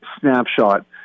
snapshot